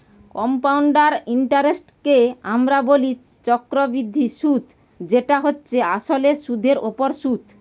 compound ইন্টারেস্টকে আমরা বলি চক্রবৃদ্ধি সুধ যেটা হচ্ছে আসলে সুধের ওপর সুধ